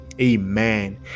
Amen